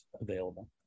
available